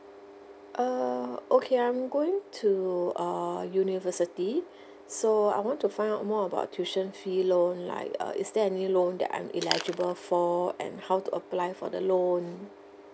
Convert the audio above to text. err okay I'm going to err university so I want to find out more about tuition fee loan like uh is there any loan that I'm eligible for and how to apply for the loan